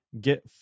get